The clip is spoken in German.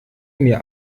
mir